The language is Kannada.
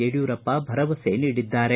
ಯಡಿಯೂರಪ್ಪ ಭರವಸೆ ನೀಡಿದ್ದಾರೆ